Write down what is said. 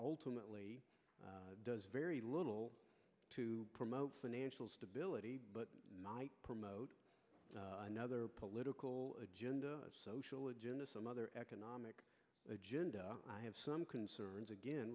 ultimately does very little to promote financial stability but might promote another political agenda social agenda some other economic agenda i have some concerns again